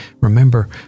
remember